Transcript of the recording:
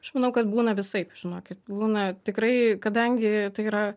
aš manau kad būna visaip žinokit būna tikrai kadangi tai yra